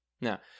Now